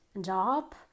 job